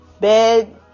bed